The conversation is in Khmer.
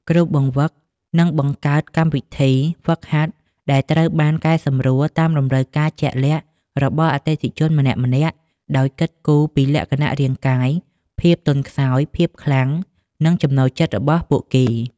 គ្រូបង្វឹកនឹងបង្កើតកម្មវិធីហ្វឹកហាត់ដែលត្រូវបានកែសម្រួលតាមតម្រូវការជាក់លាក់របស់អតិថិជនម្នាក់ៗ ដោយគិតគូរពីលក្ខណៈរាងកាយ ភាពទន់ខ្សោយ ភាពខ្លាំង និងចំណូលចិត្តរបស់ពួកគេ។